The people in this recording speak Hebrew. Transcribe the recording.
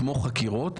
כמו חקירות.